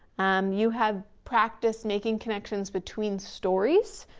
um you have practiced making connections between stories.